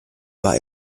war